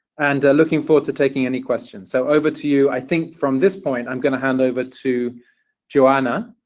and looking forward to taking any questions. so over to you i think from this point i'm going to hand over to johanna,